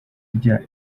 bya